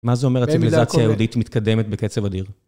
מה זה אומר הציבילזציה היהודית מתקדמת בקצב אדיר?